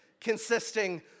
consisting